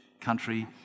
country